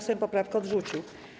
Sejm poprawkę odrzucił.